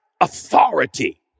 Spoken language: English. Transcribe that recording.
authority